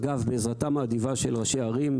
אגב, בעזרתם האדיבה של ראשי הערים,